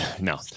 no